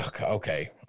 Okay